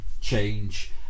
change